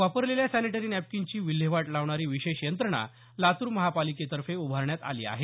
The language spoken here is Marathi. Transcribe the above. वापरलेल्या सॅनेटरी नॅपकिनची विल्हेवाट लावणारी विशेष यंत्रणा लातूर महापालिकेतर्फे उभारण्यात आली आहे